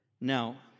Now